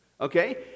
okay